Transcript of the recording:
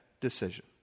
decision